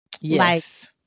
Yes